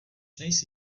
nejsi